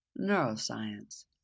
neuroscience